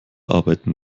arbeiten